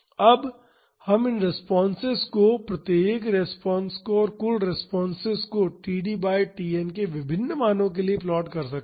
अब हम इन रेस्पॉन्सेस को प्रत्येक रिस्पांस को और कुल रेस्पॉन्सेस को td बाई Tn के विभिन्न मानो के लिए प्लॉट कर सकते हैं